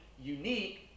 unique